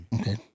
Okay